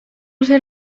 ser